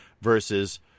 Versus